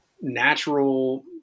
natural